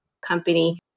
company